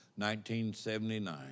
1979